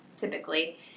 typically